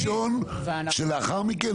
ביום ראשון שלאחר מכן,